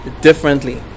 differently